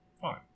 Fine